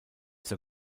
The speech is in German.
zur